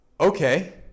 okay